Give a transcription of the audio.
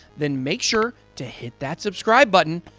then make sure to hit that subscribe button.